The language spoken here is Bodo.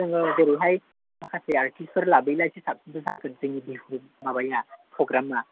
जोङो जेरैहाय माखासे आर्टिसफोर लाबोयोबा साबसिन जागोन जोंनि बिहु माबाया प्रग्रामा